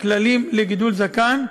כללים לגידול זקן,